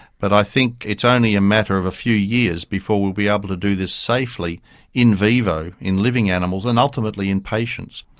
but i think it's only a matter of a few years before we'll be able to do this safely in vivo, in living animals, and ultimately in patients.